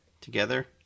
together